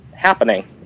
Happening